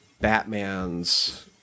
Batman's